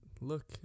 look